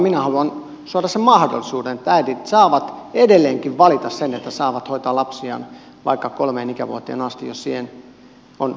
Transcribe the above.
minä haluan suoda sen mahdollisuuden että äidit saavat edelleenkin valita sen että saavat hoitaa lapsiaan vaikka kolmeen ikävuoteen asti jos siihen on haluja